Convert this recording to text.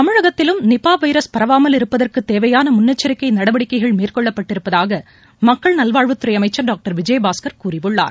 தமிழகத்திலும் நிபாவைரஸ் பரவாமல் இருப்பதற்குதேவையானமுன்னெச்சிக்கைநடவடிக்கைகள் மேற்கொள்ளப்பட்டிருப்பதாகமக்கள் நல்வாழ்வுத்துறைஅமைச்சர் டாக்டர் விஜயபாஸ்கள் கூறியுள்ளார்